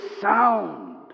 sound